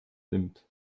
nimmt